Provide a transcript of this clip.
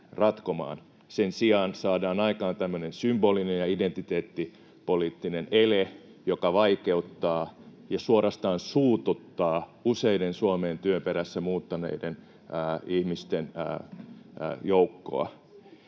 Sen sijaan saadaan aikaan tämmöinen symbolinen ja identiteettipoliittinen ele, joka vaikeuttaa ja suorastaan suututtaa useiden Suomeen työn perässä muuttaneiden ihmisten joukkoa.